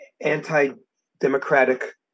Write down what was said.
anti-democratic